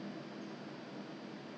maybe it's their whatever lah so